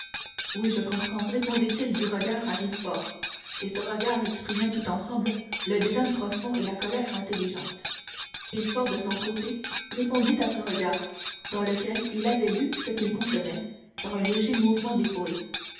oui je comprends répondit-il du regard à villefort et ce regard exprimait tout ensemble le dédain profond et la colère intelligente villefort de son côté répondit à ce regard dans lequel il avait lu ce qu'il contenait par un léger mouvement d'épaules